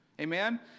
Amen